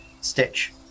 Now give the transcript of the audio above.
stitch